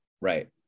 Right